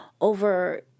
over